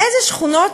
שפונה בשנות